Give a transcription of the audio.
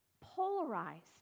polarized